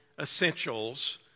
essentials